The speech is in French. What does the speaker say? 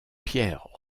pierre